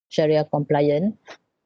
shariah compliant